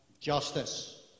justice